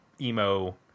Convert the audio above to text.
emo